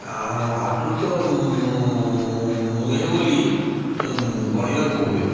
ଆଦୃତ ନୁହେଁ ବୋଲି ଗଣିବାକୁ ହୁଏ